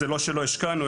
זה לא שלא השקענו,